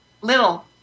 Little